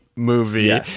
movie